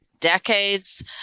decades